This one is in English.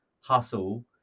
hustle